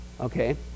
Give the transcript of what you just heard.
okay